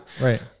Right